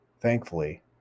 Thankfully